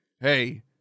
hey